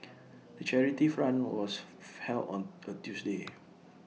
the charity run was held on A Tuesday